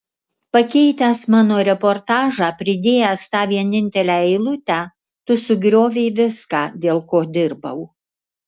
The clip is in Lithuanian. pakeitęs mano reportažą pridėjęs tą vienintelę eilutę tu sugriovei viską dėl ko dirbau